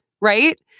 right